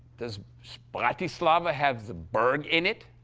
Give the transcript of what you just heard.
does bratislava have the burg in it?